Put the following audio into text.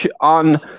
on